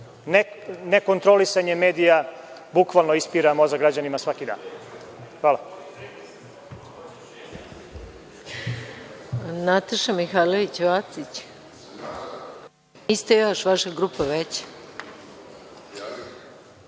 ne kontrolisanje medija bukvalno ispira mozak građanima svaki dan. Hvala.